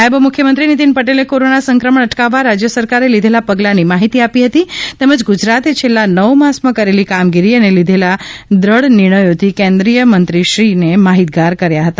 નાયબ મુખ્યમંત્રી નીતિન પટેલે કોરોના સંક્રમણ અટકાવવા રાજ્ય સરકારે લીઘેલા પગલાંની માહિતી આપી હતી તેમજ ગુજરાતે છેલ્લા નવ માસમાં કરેલી કામગીરી અને લીધેલા દ્રઢ નિર્ણયોથી કેન્દ્રીય મંત્રીશ્રીને માહિતગાર કર્યા હતા